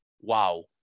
wow